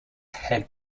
had